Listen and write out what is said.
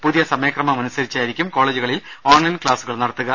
പുതിയ സമയക്രമം അനുസരിച്ചായിരിക്കും കോളേജുകളിൽ ഓൺലൈൻ ക്ലാസുകൾ നടത്തുക